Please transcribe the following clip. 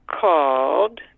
called